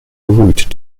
rude